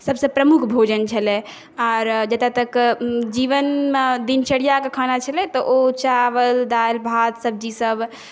सबसँ प्रमुख भोजन छलै आओर जतऽ तक जीवनमे दिनचर्याके खाना छलै तऽ ओ चावल दालि भात सब्जीसब